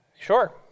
Sure